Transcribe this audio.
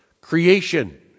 creation